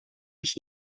mich